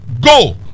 go